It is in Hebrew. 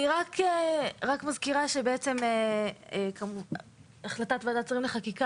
אני רק מזכירה שהחלטת ועדת השרים לחקיקה